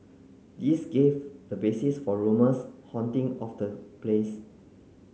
this gave the basis for rumours haunting of the place